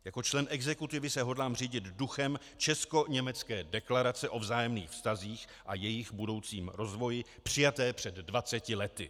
Jako člen exekutivy se hodlám řídit duchem Českoněmecké deklarace o vzájemných vztazích a jejich budoucím rozvoji přijaté před dvaceti lety.